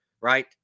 right